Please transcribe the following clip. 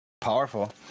Powerful